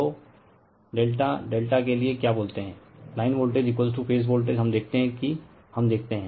तो ∆∆ के लिए क्या बोलते है लाइन वोल्टेज फेज वोल्टेज हम देखते है कि हम देखते हैं